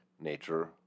nature